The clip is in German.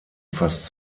fast